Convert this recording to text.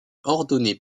ordonné